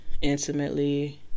intimately